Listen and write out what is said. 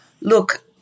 Look